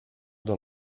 dans